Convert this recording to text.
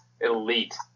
elite